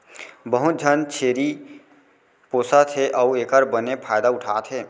बहुत झन छेरी पोसत हें अउ एकर बने फायदा उठा थें